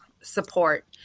support